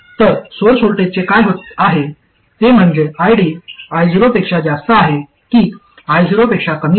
तर सोर्स व्होल्टेजचे काय होत आहे ते म्हणजे ID I0 पेक्षा जास्त आहे की I0 पेक्षा कमी आहे